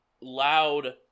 loud